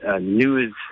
news